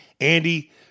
Andy